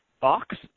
box